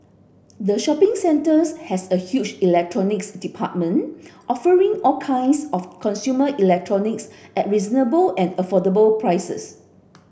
the shopping centres has a huge Electronics Department offering all kinds of consumer electronics at reasonable and affordable prices